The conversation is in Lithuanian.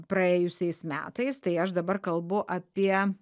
praėjusiais metais tai aš dabar kalbu apie